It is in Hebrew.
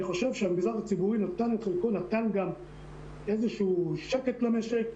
אני חושב שהמגזר הציבורי נתן גם איזשהו שקט למשק,